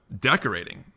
decorating